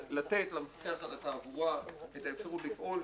לתת לנושא התעבורה את האפשרות לפעול,